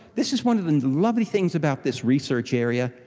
this is one of the lovely things about this research area,